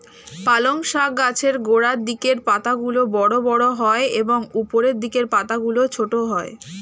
পালং শাক গাছের গোড়ার দিকের পাতাগুলো বড় বড় হয় এবং উপরের দিকের পাতাগুলো ছোট হয়